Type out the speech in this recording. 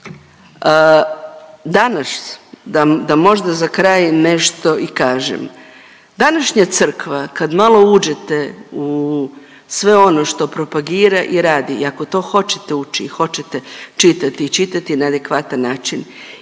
danas da, da možda za kraj nešto i kažem. Današnja crkva kad malo uđete u sve ono što propagira i radi i ako to hoćete ući i hoćete čitati i čitati na adekvatan način